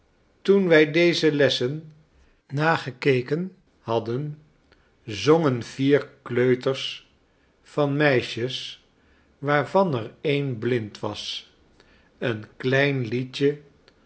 toen wij deze lessen nagekeken hadden zongen vier kleuters van meisjes waarvan er een blind was een klein liedje